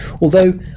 although